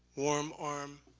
warm arm,